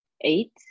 Eight